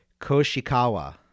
Koshikawa